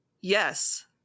Yes